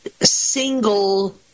single